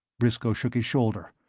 briscoe shook his shoulder.